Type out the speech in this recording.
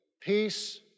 peace